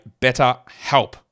BetterHelp